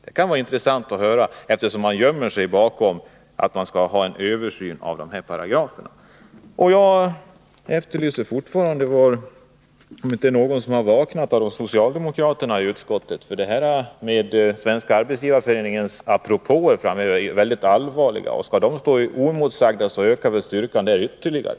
Det kan vara intressant att höra, eftersom man gömmer sig bakom det förhållandet att det skall ske en översyn av de här paragraferna. Och jag vill än en gång fråga om inte någon av socialdemokraterna i utskottet har vaknat, eftersom Svenska arbetsgivareföreningens propåer är mycket allvarliga. Skall de få stå oemotsagda ökar styrkan ytterligare.